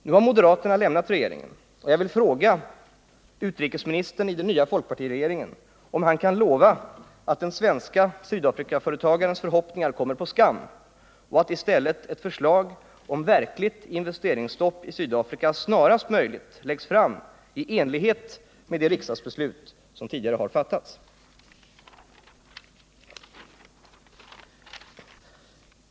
Nu har moderaterna lämnat regeringen; jag vill därför fråga utrikesministern i den nya folkpartiregeringen om han kan lova att den svenske Sydafrikaföretagarens förhoppningar kommer på skam och att i stället ett förslag om verkligt investeringsstopp i Sydafrika snarast läggs fram i enlighet med det riksdagsbeslut som tidigare har fattats.